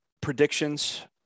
predictions